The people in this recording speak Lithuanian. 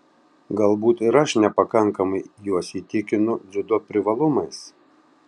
galbūt ir aš nepakankamai juos įtikinu dziudo privalumais